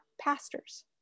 pastors